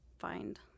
Find